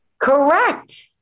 correct